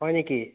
হয় নেকি